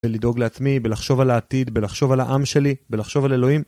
ולדאוג לעצמי, ולחשוב על העתיד, ולחשוב על העם שלי, ולחשוב על אלוהים.